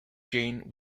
jane